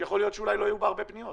יכול להיות שאולי לא יהיו בה הרבה פניות,